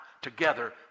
together